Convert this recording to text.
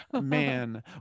man